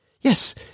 Yes